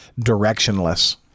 directionless